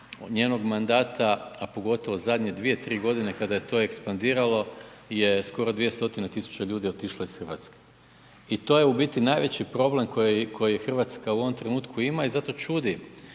njenog mandata, a pogotovo zadnje 2, 3 godine kada je to ekspandiralo je skoro 200.000 ljudi otišlo iz Hrvatske. I to je u biti najveći problem koji Hrvatska u ovom trenutku ima i zato čudi